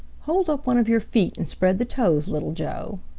hold up one of your feet and spread the toes, little joe.